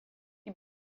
die